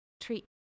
treat